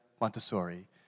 Montessori